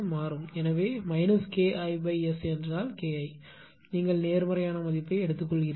எனவே K IS என்றால் K I நீங்கள் நேர்மறையான மதிப்பை எடுப்பீர்கள்